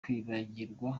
kwibagirwa